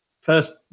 first